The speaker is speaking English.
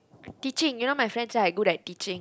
teaching you know my friends say I good at teaching